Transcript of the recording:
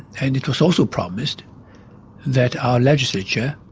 and it was also promised that our legislature,